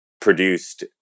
produced